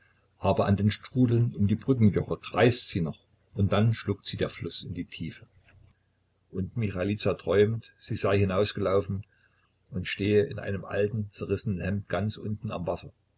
aber an den strudeln um die brückenjoche kreist sie noch und dann schluckt sie der fluß in die tiefe und michailiza träumt als sei sie hinausgelaufen und stehe in einem alten zerrissenen hemd ganz unten am wasser